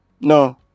No